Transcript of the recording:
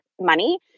money